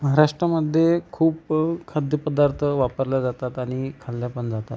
महाराष्ट्रामध्ये खूप खाद्यपदार्थ वापरल्या जातात आणि खाल्ल्या पण जातात